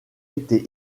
été